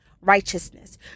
righteousness